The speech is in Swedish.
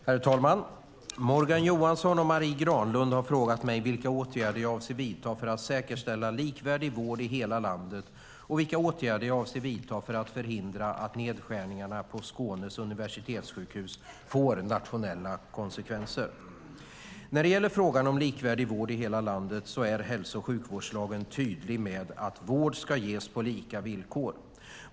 Herr talman! Morgan Johansson och Marie Granlund har frågat mig vilka åtgärder jag avser att vidta för att säkerställa likvärdig vård i hela landet och vilka åtgärder jag avser att vidta för att förhindra att nedskärningarna på Skånes universitetssjukhus får nationella konsekvenser. När det gäller frågan om likvärdig vård i hela landet är hälso och sjukvårdslagen tydlig med att vård ska ges på lika villkor.